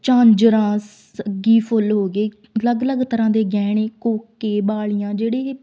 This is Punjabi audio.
ਝਾਂਜਰਾ ਸੱਗੀ ਫੁੱਲ ਹੋ ਗਏ ਅਲੱਗ ਅਲੱਗ ਤਰ੍ਹਾਂ ਦੇ ਗਹਿਣੇ ਕੋਕੇ ਵਾਲ਼ੀਆਂ ਜਿਹੜੇ